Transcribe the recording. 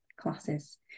classes